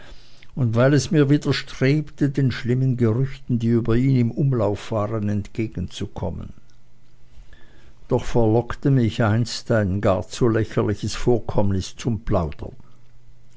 und weil es mir widerstrebte den schlimmen gerüchten die über ihn im umlauf waren entgegenzukommen doch verlockte mich einst ein gar zu lächerliches vorkommnis zum plaudern